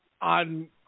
on